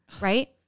right